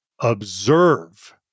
observe